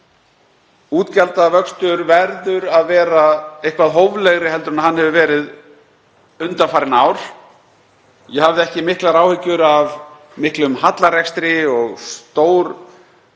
Útgjaldavöxtur verður að vera eitthvað hóflegri en hann hefur verið undanfarin ár. Ég hafði ekki miklar áhyggjur af miklum hallarekstri og